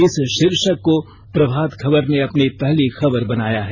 इस शीर्षक को प्रभात खबर ने अपनी पहली खबर बनाया है